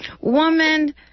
Woman